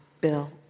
Bill